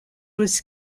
was